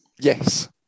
Yes